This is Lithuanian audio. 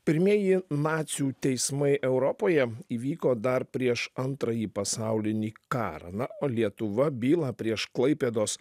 pirmieji nacių teismai europoje įvyko dar prieš antrąjį pasaulinį karą na o lietuva bylą prieš klaipėdos